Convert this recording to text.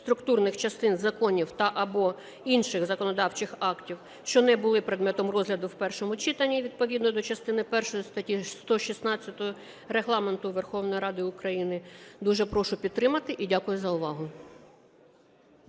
структурних частин законів та/або інших законодавчих актів, що не були предметом розгляду в першому читанні, відповідно до частини першої статті 116 Регламенту Верховної Ради України. Дуже прошу підтримати і дякую за увагу.